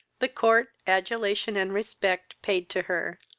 the court, adulation, and respect, paid to her,